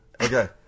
okay